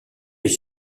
est